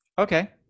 Okay